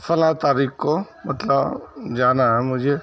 فلاں تاریخ کو مطلب جانا ہے مجھے